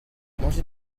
manger